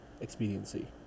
expediency